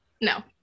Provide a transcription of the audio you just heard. no